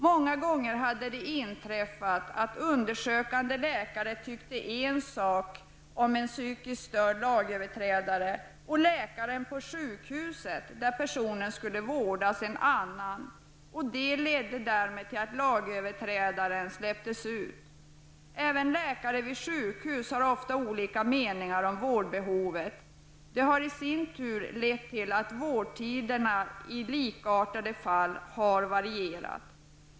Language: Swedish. Det hade många gånger inträffat att undersökande läkare hade en åsikt om en psykiskt störd lagöverträdare medan läkaren på sjukhuset, där personen skulle vårdas, hade en annan åsikt. Detta ledde till att lagöverträdaren släpptes ut. Även läkare vid sjukhus har ofta olika meningar om vårdbehovet. Detta har i sin tur bidragit till att vårdtiderna vid likartade fall har varierat.